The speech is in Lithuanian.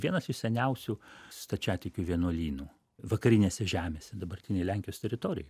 vienas iš seniausių stačiatikių vienuolynų vakarinėse žemėse dabartinėj lenkijos teritorijoj